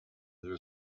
there